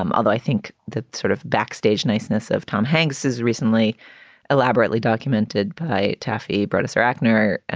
um although i think that sort of backstage niceness of tom hanks is recently elaborately documented by taffy, broadus or eichner,